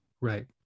right